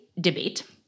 debate